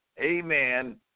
Amen